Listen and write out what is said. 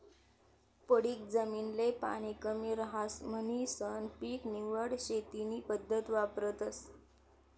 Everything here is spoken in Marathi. पडीक जमीन ले पाणी कमी रहास म्हणीसन पीक निवड शेती नी पद्धत वापरतस